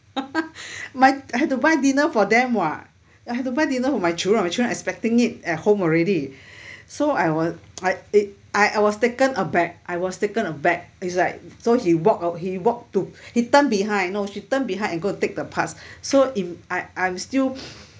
my had to buy dinner for them [what] I had to buy dinner for my children my children expecting it at home already so I was I it I was taken aback I was taken aback it's like so he walk awa~ he walk to he turn behind no she turn behind and go and take the parts so ima~ I I'm still